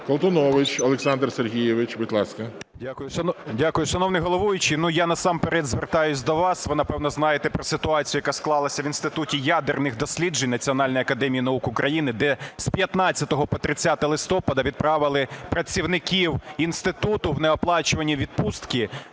Колтунович Олександр Сергійович, будь ласка. 10:36:15 КОЛТУНОВИЧ О.С. Дякую. Шановний головуючий, я насамперед звертаюсь до вас. Ви, напевно, знаєте про ситуацію, яка склалася в Інституті ядерних досліджень Національної академії наук України, де з 15-го по 30 листопада відправили працівників інституту в неоплачувані відпустки